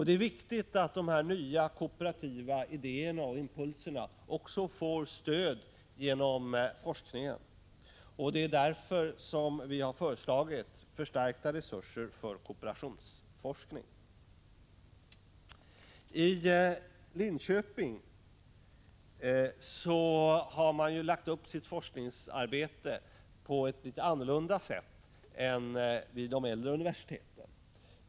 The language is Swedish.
Det är viktigt att dessa nya kooperativa idéer och impulser får stöd genom forskningen. Det är därför som vi har föreslagit förstärkta resurser för kooperationsforskning. Vid Linköpings universitet har man lagt upp sitt forskningsarbete på ett litet annorlunda sätt än vid de äldre universiteten.